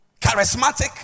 charismatic